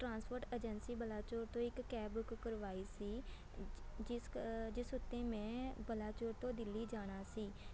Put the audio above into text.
transport agency Balachaur ਤੋਂ ਇੱਕ cab book ਕਰਵਾਈ ਸੀ ਜਿਸ ਜਿਸ ਉੱਤੇ ਮੈਂ ਬਲਾਚੋਰ ਤੋਂ ਦਿੱਲੀ ਜਾਣਾ ਸੀ